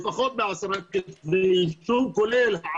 לפחות באישום כולל,